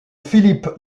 philippe